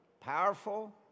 powerful